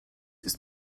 ist